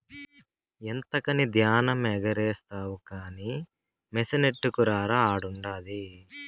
ఎంతకని ధాన్యమెగారేస్తావు కానీ మెసినట్టుకురా ఆడుండాది